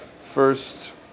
first